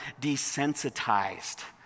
desensitized